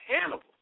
Hannibal